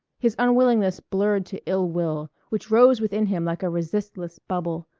his unwillingness blurred to ill will, which rose within him like a resistless bubble.